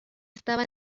estaba